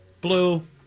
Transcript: blue